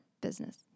business